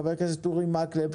חבר הכנסת אורי מקלב,